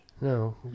No